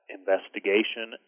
investigation